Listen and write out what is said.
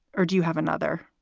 or do you have another?